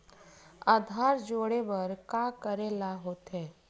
आधार जोड़े बर का करे ला होथे?